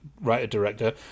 writer-director